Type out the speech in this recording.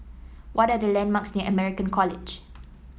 what are the landmarks near American College